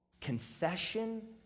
confession